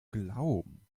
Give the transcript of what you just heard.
glauben